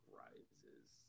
rises